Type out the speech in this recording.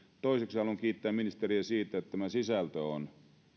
toiseksi haluan kiittää ministeriä siitä että tämä sisältö on